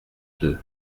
deux